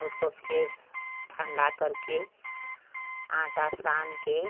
उसको फिर ठंडा करके आटा सान कर